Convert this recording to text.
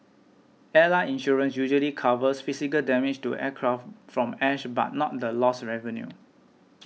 airline insurance usually covers physical damage to aircraft from ash but not the lost revenue